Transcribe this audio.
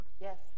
Yes